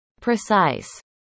precise